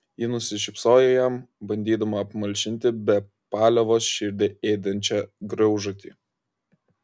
ji nusišypsojo jam bandydama apmalšinti be paliovos širdį ėdančią graužatį